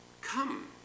come